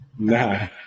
Nah